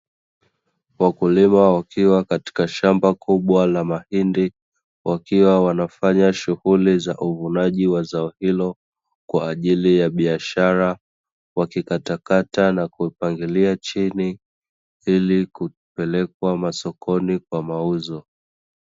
Wakulima wakiwa kwenye shamba kubwa la mahindi, wakiwa wanafanya shughuli za uvunaji wa zao hilo kwa ajili ya biashara wakikatakata na kupangilia chini ilikupeleka masokoni kwa mauzo.